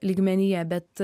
lygmenyje bet